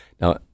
Now